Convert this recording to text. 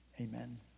amen